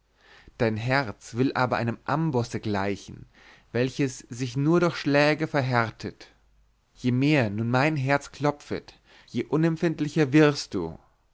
dein herz will aber einem ambosse gleichen welches sich nur durch schläge verhärtet je mehr nun mein herze klopfet je unempfindlicher wirst du